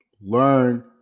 Learn